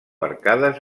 arcades